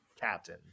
captain